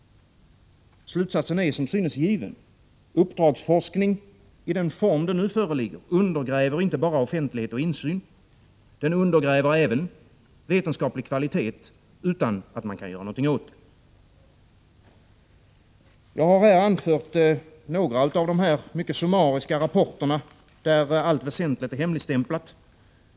Slutsatsen är, som synes, given: Uppdragsforskning i den form som här föreligger undergräver inte bara offentlighet och insyn. Den undergräver även vetenskaplig kvalitet utan att man kan göra något åt det. Jag har berört några av de mycket summariska rapporter som finns där allt väsentligt är hemligstämplat.